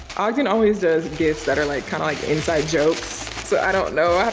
arvin always does gifts that are like, kind of like inside jokes. so i don't know.